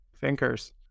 thinkers